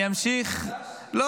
אני אמשיך --- אתה רוצה להתחיל מחדש?